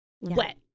Wet